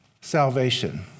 salvation